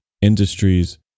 industries